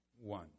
one